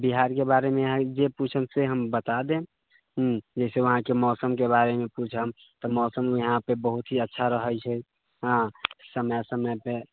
बिहारके बारेमे अहाँ जे पूछम से हम बता देम हुँ जइसे वहाँके मौसमके बारेमे पूछम तऽ मौसम यहाँपर बहुत ही अच्छा रहै छै हाँ समय समयपर